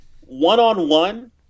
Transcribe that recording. one-on-one